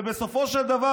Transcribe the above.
ובסופו של דבר,